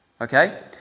Okay